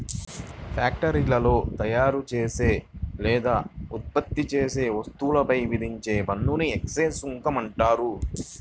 ఫ్యాక్టరీలో తయారుచేసే లేదా ఉత్పత్తి చేసే వస్తువులపై విధించే పన్నుని ఎక్సైజ్ సుంకం అంటారు